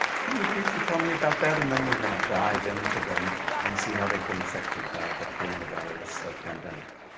can you briefly tell me about that? and then we're going to dive into them and see how they've been affected by the coronavirus pandemic?